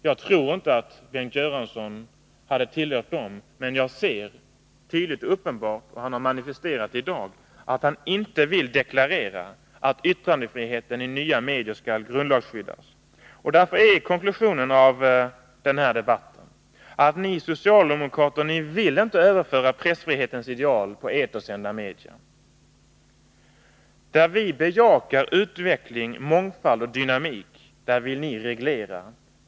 Jag tror inte att Bengt Göransson hade tillhört dem, men jag ser tydligt, och han har manifesterat det i dag, att han inte vill deklarera att yttrandefriheten i nya medier skall grundlagsskyddas. Därför är konklusionen av denna debatt att ni socialdemokrater inte vill överföra pressfrihetens ideal på etersända medier. Där vi bejakar utveckling, mångfald och dynamik, där vill ni reglera.